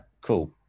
cool